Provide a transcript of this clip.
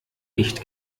nicht